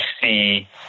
see –